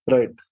Right